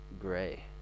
gray